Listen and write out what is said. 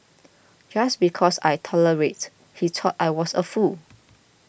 just because I tolerated he thought I was a fool